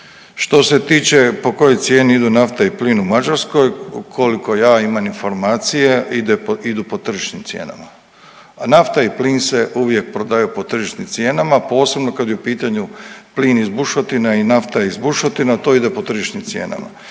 Što se tiče po kojoj cijeni idu nafta i plin u Mađarskoj koliko ja imam informacije idu po tržišnim cijenama. Nafta i plin se uvijek prodaju po tržišnim cijenama posebno kad je u pitanju plin iz bušotina i nafta iz bušotina to ide po tržišnim cijenama.